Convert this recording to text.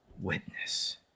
witness